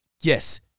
Yes